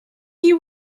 you